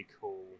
cool